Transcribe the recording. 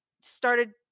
started